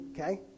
okay